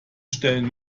stellen